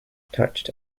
touched